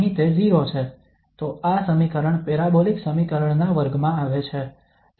અહીં તે 0 છે તો આ સમીકરણ પેરાબોલિક સમીકરણના વર્ગમાં આવે છે